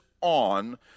on